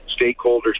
stakeholders